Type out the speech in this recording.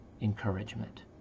encouragement